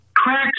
Cracks